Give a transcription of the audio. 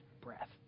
breath